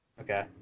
Okay